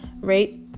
rate